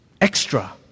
Extra